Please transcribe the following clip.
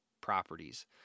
properties